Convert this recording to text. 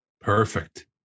Perfect